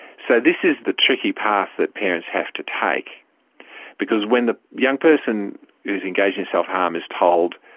so this is the tricky path that parents have to take because when the young person who's engaging in self harm is told